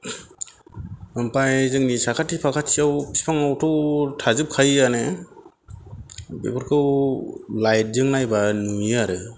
ओमफाय जोंनि साखाथि फाखाथियाव बिफांआवथ' थाखाजोबखायोआनो बेफोरखौ लाइटजों नायब्ला नुयो आरो